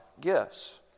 gifts